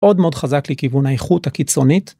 עוד מאוד חזק לכיוון האיכות הקיצונית.